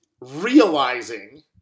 realizing